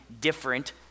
different